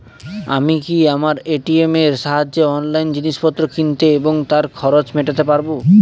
আমি কি আমার এ.টি.এম এর সাহায্যে অনলাইন জিনিসপত্র কিনতে এবং তার খরচ মেটাতে পারব?